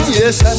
yes